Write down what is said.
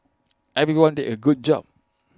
everyone did A good job